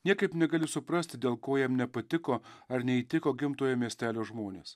niekaip negali suprasti dėl ko jam nepatiko ar neįtiko gimtojo miestelio žmonės